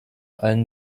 allen